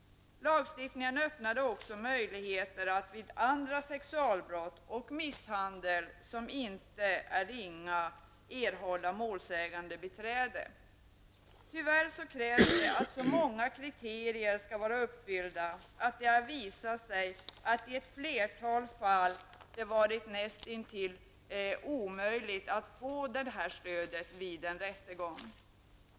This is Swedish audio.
Lagstiftningen öppnade också möjligheter att vid andra sexualbrott och misshandel som inte är ringa, erhålla målsägandebiträde. Tyvärr krävs det att så många kriterier skall vara uppfyllda att det har visat sig att det i ett flertal fall varit näst intill omöjligt att få det här stödet vid en rättegång.